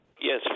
Yes